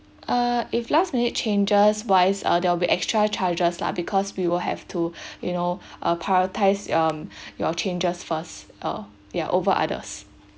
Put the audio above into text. ah if last minute changes wise uh they'll be extra charges lah because we will have to you know uh prioritise um your changes first uh yeah over others